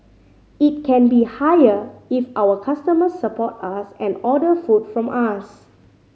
it can be higher if our customers support us and order food from us